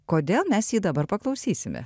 kodėl mes jį dabar paklausysime